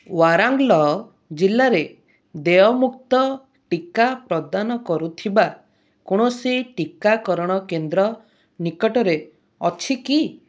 ୱାରାଙ୍ଗଲ୍ ଜିଲ୍ଲାରେ ଦେୟମୁକ୍ତ ଟିକା ପ୍ରଦାନ କରୁଥିବା କୌଣସି ଟିକାକରଣ କେନ୍ଦ୍ର ନିକଟରେ ଅଛି କି